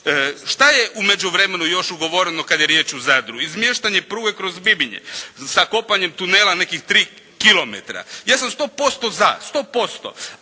Šta je u međuvremenu još ugovoreno kad je riječ o Zadru? Izmještanje pruge kroz Bibinje sa kopanjem tunela nekih 3 kilometra. Ja sam sto posto za, sto posto.